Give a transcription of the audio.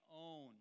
own